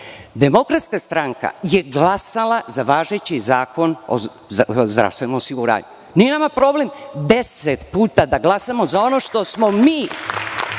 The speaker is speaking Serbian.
Demokratska stranka je glasala za važeći Zakon o zdravstvenom osiguranju. Nije nama problem deset puta da glasamo za ono što smo mi